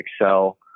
Excel